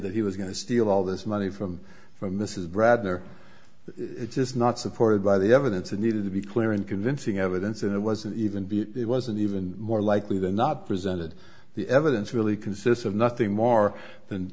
that he was going to steal all this money from from this is brad there it's just not supported by the evidence it needed to be clear and convincing evidence and it wasn't even be it wasn't even more likely than not presented the evidence really consists of nothing more